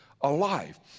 alive